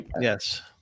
Yes